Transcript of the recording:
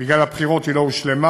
בגלל הבחירות היא לא הושלמה,